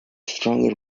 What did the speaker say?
stronger